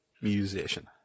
musician